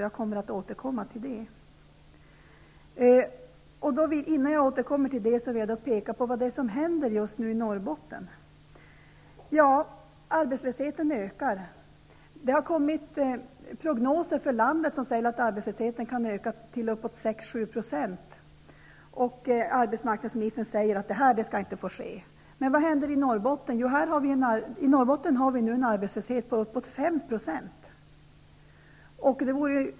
Jag återkommer till det. Dessförinnan vill jag peka på vad som händer just nu i Norrbotten. Arbetslösheten ökar. Det har kommit prognoser för landet där det sägs att arbetslösheten kan öka till uppåt 6--7 %. Arbetsmarknadsministern säger att det inte skall få ske. Men i Norrbotten har vi nu en arbetslöshet på uppåt 5 %.